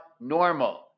normal